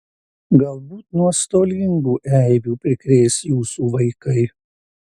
galbūt nuostolingų eibių prikrės jūsų vaikai